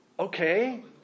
Okay